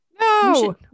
no